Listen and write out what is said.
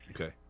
Okay